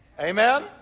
Amen